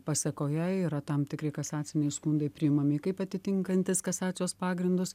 pasekoje yra tam tikri kasaciniai skundai priimami kaip atitinkantys kasacijos pagrindus